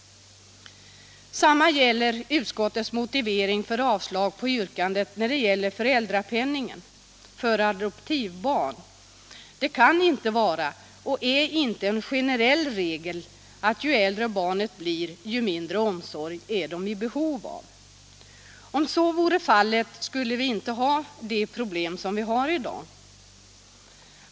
Samma gäller utskottets motivering för avstyrkande av yrkandet när det gäller föräldrapenningen för adoptivbarn. Det kan inte vara och är inte en generell regel att ju äldre barnet blir, desto mindre omsorg är det i behov av. Om så vore fallet skulle vi inte ha de problem som vi har i dag.